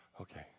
Okay